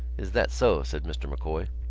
is that so? said mr. m'coy.